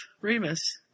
Remus